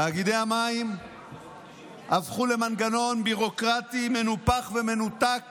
תאגידי המים הפכו למנגנון ביורוקרטי מנופח ומנותק